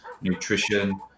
nutrition